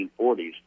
1940s